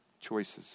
choices